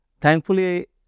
Thankfully